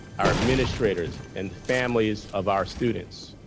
our administrators, and the families of our students.